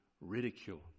ridicule